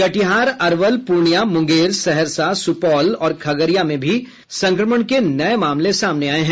कटिहार अरवल प्रर्णिया मुंगेर सहरसा सुपौल और खगड़िया में भी संक्रमण के नये मामले सामने आये हैं